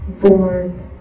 born